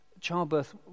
Childbirth